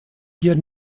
hier